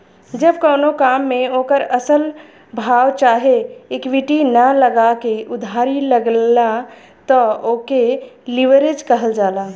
जब कउनो काम मे ओकर असल भाव चाहे इक्विटी ना लगा के उधारी लगला त ओके लीवरेज कहल जाला